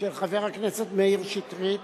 של חבר הכנסת מאיר שטרית,